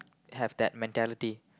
have that mentality